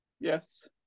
yes